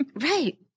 Right